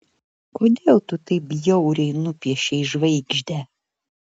kodėl tu taip bjauriai nupiešei žvaigždę